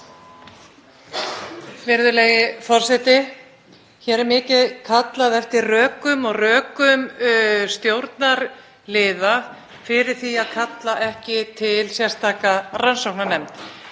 Virðulegi forseti. Hér er mikið kallað eftir rökum og rökum stjórnarliða fyrir því að kalla ekki til sérstaka rannsóknarnefnd.